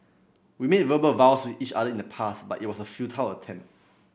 we made verbal vows to each other in the past but it was a futile attempt